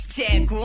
Check